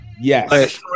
Yes